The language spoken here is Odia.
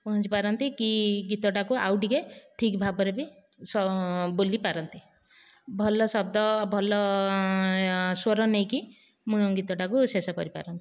ପହଞ୍ଚି ପାରନ୍ତି କି ଗୀତଟାକୁ ଆଉ ଟିକିଏ ଠିକ୍ ଭାବରେ ବି ସ ବୋଲି ପାରନ୍ତି ଭଲ ଶବ୍ଦ ଭଲ ସ୍ୱର ନେଇକି ମୁଁ ଗୀତଟାକୁ ଶେଷ କରିପାରନ୍ତି